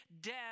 death